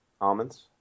almonds